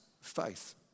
faith